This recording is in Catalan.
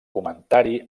comentari